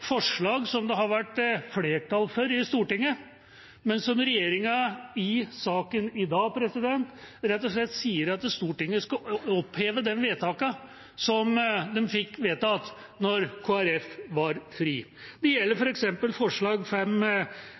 forslag som det har vært flertall for i Stortinget, vedtak som regjeringa i saken i dag rett og slett sier at en skal oppheve – vedtak fra den gang Kristelig Folkeparti var fri. Det gjelder